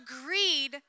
agreed